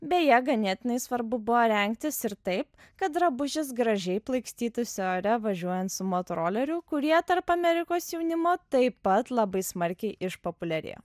beje ganėtinai svarbu buvo rengtis ir taip kad drabužis gražiai plaikstytųsi ore važiuojant su motoroleriu kurie tarp amerikos jaunimo taip pat labai smarkiai išpopuliarėjo